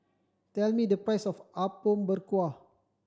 tell me the price of Apom Berkuah